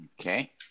Okay